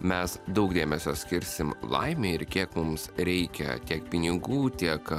mes daug dėmesio skirsim laimei ir kiek mums reikia tiek pinigų tiek